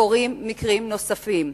קורים מקרים נוספים.